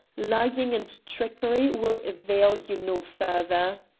lying and trickery will avail you no further!